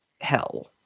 hell